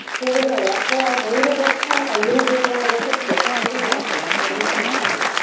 here we go, left to right. maybe this time a little bit more of a hip dip. maybe not. maybe you keep it small.